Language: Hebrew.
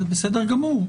זה בסדר גמור,